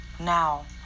Now